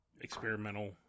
experimental